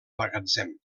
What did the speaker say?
magatzem